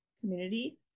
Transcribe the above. community